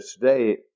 today